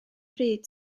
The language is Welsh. pryd